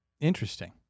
Interesting